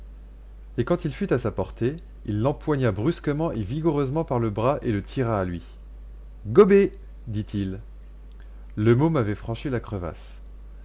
et quand il fut à sa portée il l'empoigna brusquement et vigoureusement par le bras et le tira à lui gobé dit-il le môme avait franchi la crevasse